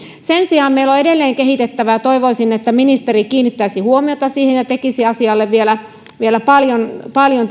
sen sijaan meillä on edelleen kehitettävää sora lainsäädännössä toivoisin että ministeri kiinnittäisi huomiota siihen ja tekisi asialle vielä vielä paljon paljon